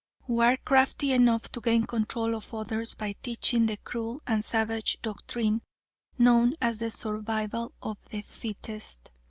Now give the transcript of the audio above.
who are crafty enough to gain control of others by teaching the cruel and savage doctrine known as the survival of the fittest.